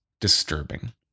disturbing